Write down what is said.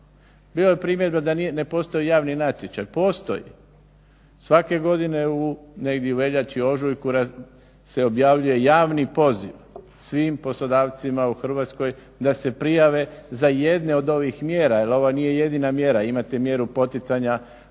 Bilo je primjedbi da ne postoji javni natječaj. Postoji. Svake godine negdje u veljači, ožujku se objavljuje javni poziv svim poslodavcima u Hrvatskoj da se prijave za jedne od ovih mjera jer ovo nije jedina mjera, imate mjeru poticanja